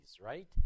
right